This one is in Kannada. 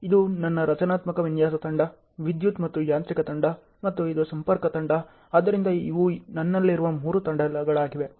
ಇದು ನನ್ನ ರಚನಾತ್ಮಕ ವಿನ್ಯಾಸ ತಂಡ ವಿದ್ಯುತ್ ಮತ್ತು ಯಾಂತ್ರಿಕ ತಂಡ ಮತ್ತು ಇದು ನನ್ನ ಸಂಪರ್ಕ ತಂಡ ಆದ್ದರಿಂದ ಇವು ನನ್ನಲ್ಲಿರುವ ಮೂರು ತಂಡಗಳಾಗಿವೆ